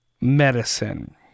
medicine